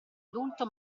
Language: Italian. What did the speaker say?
adulto